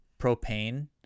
propane